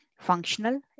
functional